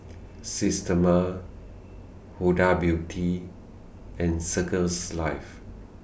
Systema Huda Beauty and Circles Life